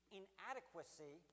inadequacy